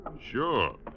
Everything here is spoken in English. Sure